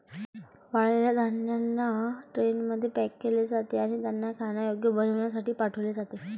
वाळलेल्या धान्यांना ट्रेनमध्ये पॅक केले जाते आणि त्यांना खाण्यायोग्य बनविण्यासाठी पाठविले जाते